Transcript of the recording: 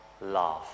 love